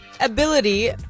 Ability